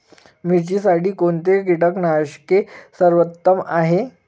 मिरचीसाठी कोणते कीटकनाशके सर्वोत्तम आहे?